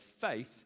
faith